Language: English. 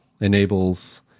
enables